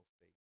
faith